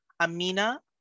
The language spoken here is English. Amina